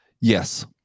Yes